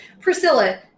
priscilla